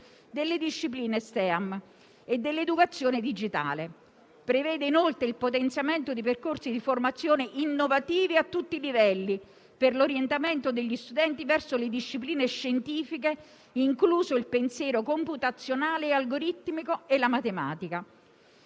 delle discipline STEAM e dell'educazione digitale. Prevede, inoltre, il potenziamento di percorsi di formazione innovativi a tutti i livelli, per l'orientamento degli studenti verso le discipline scientifiche, incluso il pensiero computazionale, algoritmico e la matematica.